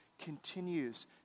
continues